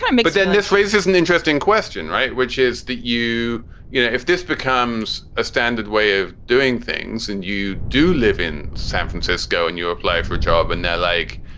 and because then this raises an interesting question, right, which is that, you you know, if this becomes a standard way of doing things and you do live in san francisco and you apply for a job and they're like,